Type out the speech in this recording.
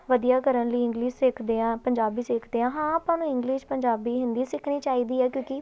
ਵਧੀਆ ਕਰਨ ਲਈ ਇੰਗਲਿਸ਼ ਸਿੱਖਦੇ ਆ ਪੰਜਾਬੀ ਸਿੱਖਦੇ ਆ ਹਾਂ ਆਪਾਂ ਨੂੰ ਇੰਗਲਿਸ਼ ਪੰਜਾਬੀ ਹਿੰਦੀ ਸਿੱਖਣੀ ਚਾਹੀਦੀ ਹੈ ਕਿਉਂਕਿ